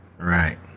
right